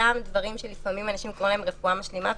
גם דברים שאנשים מכנים בשם רפואה משלימה,